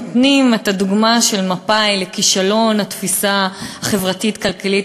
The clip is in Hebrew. את הדוגמה של מפא"י לכישלון התפיסה החברתית-כלכלית,